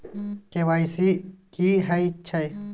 KYC की हय छै?